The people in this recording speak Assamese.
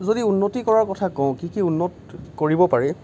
যদি উন্নতি কৰাৰ কথা কওঁ কি কি উন্নত কৰিব পাৰি